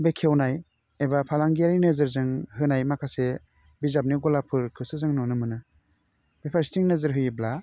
बेखेवनाय एबा फालांगियारि नोजोरजों होनाय माखासे बिजाबनि गलाफोरखौसो जों नुनो मोनो बे फारसेथिं नोजोर होयोब्ला